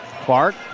Clark